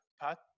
Pat